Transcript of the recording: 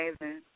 amazing